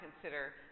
consider